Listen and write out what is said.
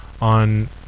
on